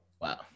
Wow